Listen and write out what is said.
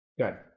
Good